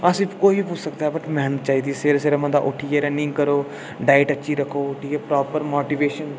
कोई बी पुज्जी सकदा है बट्ट मेह्नत चाहिदी ऐ सबेरे सबेरे बंदा उट्ठियै रन्निंग करो डाइट अच्छी रक्खो उटठियै प्रापर माटिबेशन